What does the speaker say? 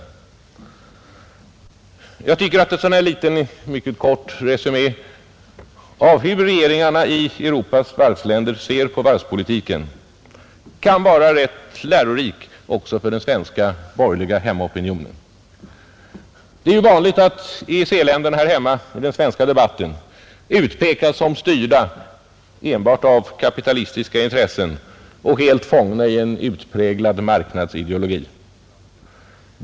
Jag tycker att en sådan här mycket kort resumé av hur staterna i Europa som varvsländer ser på varvspolitiken kan vara rätt lärorik också för den svenska borgerliga hemmaopinionen. Det är ju vanligt att EEC-länderna i den svenska debatten utpekas som styrda enbart av kapitalistiska intressen och helt fångna i en utpräglad marknadsideologi.